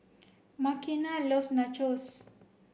Makena loves Nachos